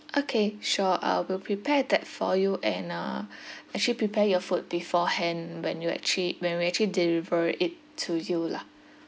okay sure uh we'll prepare that for you and uh actually prepare your food beforehand when you actually when we actually deliver it to you lah